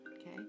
okay